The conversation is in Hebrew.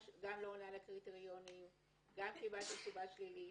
לא עונה לקריטריונים, גם קיבלתי תשובה שלילית